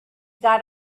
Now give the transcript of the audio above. got